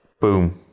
boom